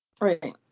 Right